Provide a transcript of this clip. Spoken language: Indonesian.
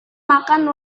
makan